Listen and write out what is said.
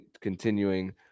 continuing